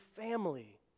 family